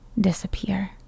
disappear